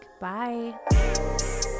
Bye